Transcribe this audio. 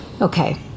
Okay